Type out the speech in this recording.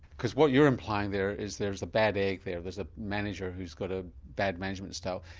because what you're implying there is there's the bad egg there, there's a manager who's got a bad management style.